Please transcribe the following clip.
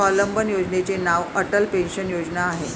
स्वावलंबन योजनेचे नाव अटल पेन्शन योजना आहे